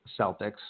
Celtics